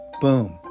boom